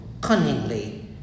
cunningly